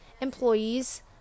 employees